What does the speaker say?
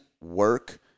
work